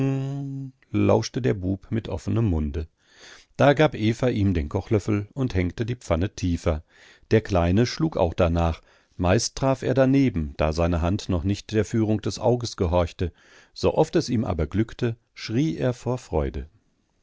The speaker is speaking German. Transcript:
der bub mit offenem munde da gab eva ihm den kochlöffel und hängte die pfanne tiefer der kleine schlug auch danach meist traf er daneben da seine hand noch nicht der führung des auges gehorchte sooft es ihm aber glückte schrie er vor freude